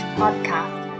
podcast